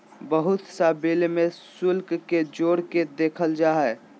बहुत सा बिल में शुल्क के जोड़ के देखल जा हइ